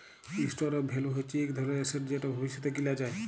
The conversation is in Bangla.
ইসটোর অফ ভ্যালু হচ্যে ইক ধরলের এসেট যেট ভবিষ্যতে কিলা যায়